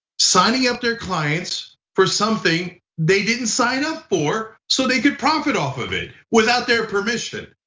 signing up their clients for something they didn't sign up for, so they could profit off of it, without their permission.